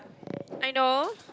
I know